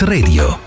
Radio